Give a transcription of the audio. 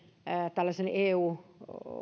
eu